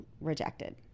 rejected